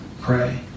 pray